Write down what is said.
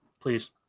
Please